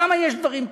כמה יש, דברים כאלה?